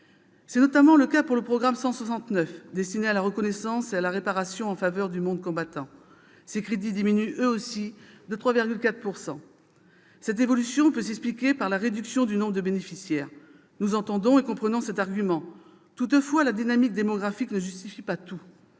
C'est notamment le cas pour le programme 169, destiné à la reconnaissance et à la réparation en faveur du monde combattant. Ses crédits diminuent eux aussi de 3,4 %. Cette évolution peut s'expliquer par la réduction du nombre de bénéficiaires. Nous entendons et comprenons cet argument. Toutefois, la dynamique démographique ne justifie pas tout.